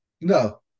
No